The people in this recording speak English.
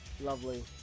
Lovely